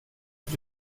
für